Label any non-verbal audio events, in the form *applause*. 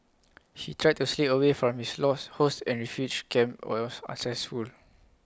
he tried to slip away from his lost hosts at refugee camp *unintelligible* was unsuccessful